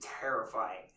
terrifying